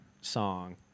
song